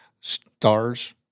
stars